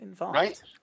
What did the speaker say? right